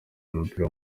umupira